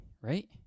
right